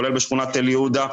כולל בשכונת תל יהודה,